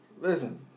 listen